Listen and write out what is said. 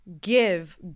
give